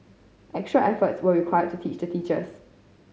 extra efforts were required to teach the teachers